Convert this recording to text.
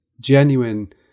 genuine